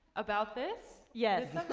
about this? yes.